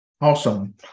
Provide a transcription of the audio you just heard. Awesome